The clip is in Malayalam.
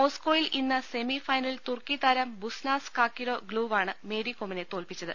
മോസ്കോയിൽ ഇന്ന് സെമി ഫൈനലിൽ തുർക്കി താരം ബുസ്നാസ് കാക്കിരോ ഗ്ലൂവാണ് മേരികോമിനെ തോൽപ്പിച്ചത്